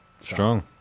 Strong